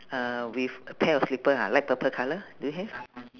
uh with a pair of slipper ha light purple colour do you have